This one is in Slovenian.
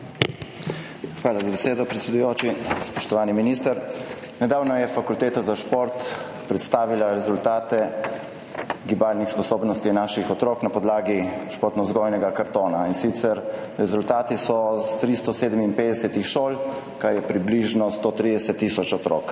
Hvala za besedo, predsedujoči. Spoštovani minister! Nedavno je Fakulteta za šport predstavila rezultate gibalnih sposobnosti naših otrok na podlagi športnovzgojnega kartona, in sicer so rezultati iz 357 šol, kar je približno 130 tisoč otrok.